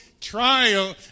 trial